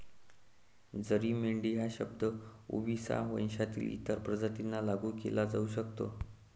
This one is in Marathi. जरी मेंढी हा शब्द ओविसा वंशातील इतर प्रजातींना लागू केला जाऊ शकतो